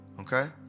Okay